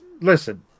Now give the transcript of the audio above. listen